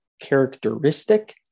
characteristic